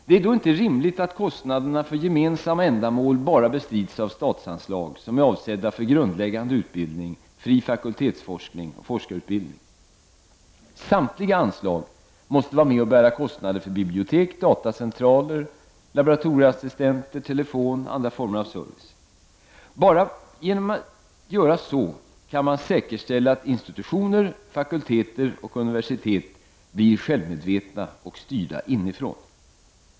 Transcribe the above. Det är då inte rimligt att kostnaderna för gemensamma ändamål bara bestrids av statsanslag, som är avsedda för grundläggande utbildning, fri fakultetsforskning och forskarutbildning. Samtliga anslag måste vara med och bära kostnaderna för bibliotek, datacentraler, laboratorieassistenter, telefon och andra former av service. Bara genom att göra så kan man säkerställa att institutioner, fakulteter och universitet blir självmedvetna och styrda inifrån.